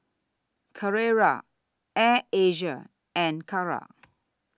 Carrera Air Asia and Kara